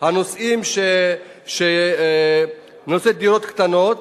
על נושא דירות קטנות